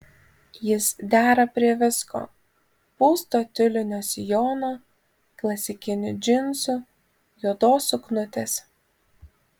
jis dera prie visko pūsto tiulinio sijono klasikinių džinsų juodos suknutės